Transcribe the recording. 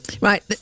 right